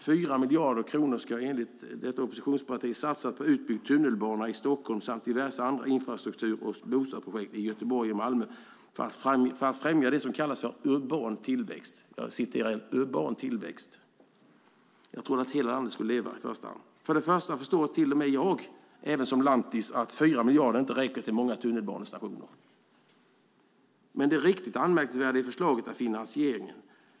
4 miljarder kronor ska enligt detta oppositionsparti satsas på utbyggd tunnelbana i Stockholm samt diverse andra infrastruktur och bostadsprojekt i Göteborg och Malmö för att främja det som kallas urban tillväxt. Jag trodde att hela landet skulle leva i första hand. Även jag, lantisen, förstår att 4 miljarder inte räcker till många tunnelbanestationer. Men det riktigt anmärkningsvärda i förslaget är finansieringen.